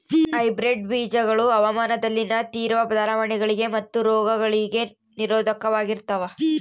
hybrid ಬೇಜಗಳು ಹವಾಮಾನದಲ್ಲಿನ ತೇವ್ರ ಬದಲಾವಣೆಗಳಿಗೆ ಮತ್ತು ರೋಗಗಳಿಗೆ ನಿರೋಧಕವಾಗಿರ್ತವ